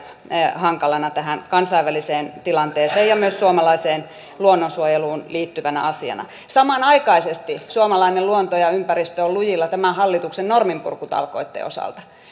hankalana tähän kansainväliseen tilanteeseen ja myös suomalaiseen luonnonsuojeluun liittyvänä asiana samanaikaisesti suomalainen luonto ja ympäristö ovat lujilla tämän hallituksen norminpurkutalkoitten osalta